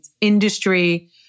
industry